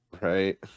Right